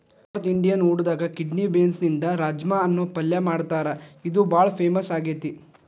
north Indian ಊಟದಾಗ kidney ಬೇನ್ಸ್ನಿಂದ ರಾಜ್ಮಾ ಅನ್ನೋ ಪಲ್ಯ ಮಾಡ್ತಾರ ಇದು ಬಾಳ ಫೇಮಸ್ ಆಗೇತಿ